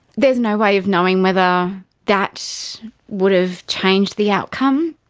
there's no way of knowing whether that would have changed the outcome.